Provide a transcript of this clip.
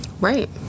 Right